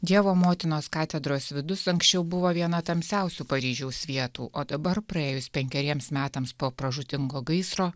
dievo motinos katedros vidus anksčiau buvo viena tamsiausių paryžiaus vietų o dabar praėjus penkeriems metams po pražūtingo gaisro